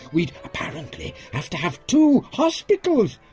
we'd, apparently have to have two hospitals.